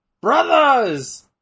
brothers